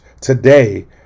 today